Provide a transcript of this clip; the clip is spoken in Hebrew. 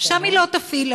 שם היא לא תפעיל,